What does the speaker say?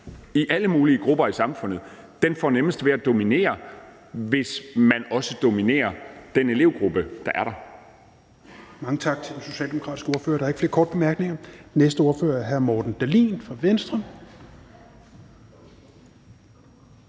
i alle mulige grupper i samfundet, får nemmest ved at dominere, hvis den også dominerer den elevgruppe, der er der.